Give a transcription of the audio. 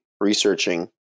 researching